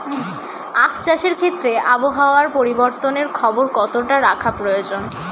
আখ চাষের ক্ষেত্রে আবহাওয়ার পরিবর্তনের খবর কতটা রাখা প্রয়োজন?